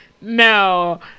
no